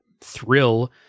thrill